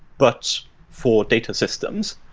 but for data systems.